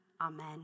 Amen